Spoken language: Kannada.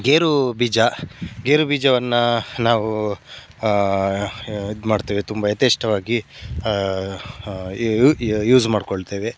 ಗೇರು ಬೀಜ ಗೇರು ಬೀಜವನ್ನು ನಾವು ಇದು ಮಾಡ್ತೇವೆ ತುಂಬ ಯತೇಚ್ಛವಾಗಿ ಯೂಸ್ ಮಾಡಿಕೊಳ್ತೆವೆ